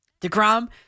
DeGrom